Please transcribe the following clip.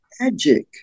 magic